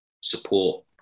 support